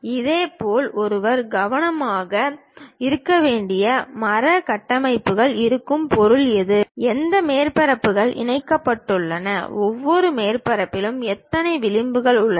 இதேபோல் ஒருவர் கவனமாக இருக்க வேண்டிய மர கட்டமைப்புகள் இருக்கும் பொருள் எது எந்த மேற்பரப்புகள் இணைக்கப்பட்டுள்ளன ஒவ்வொரு மேற்பரப்பிலும் எத்தனை விளிம்புகள் உள்ளன